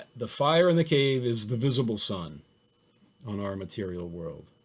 the fire in the cave is the visible sun on our material world.